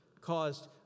caused